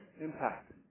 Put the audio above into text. Impact